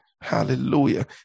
hallelujah